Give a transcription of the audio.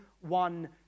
one